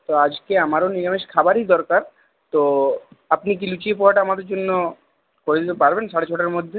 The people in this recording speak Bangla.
তো আজকে আমারও নিরামিষ খাবারই দরকার তো আপনি কি লুচি পোহাটা আমাদের জন্য করে দিতে পারবেন সাড়ে ছটার মধ্যে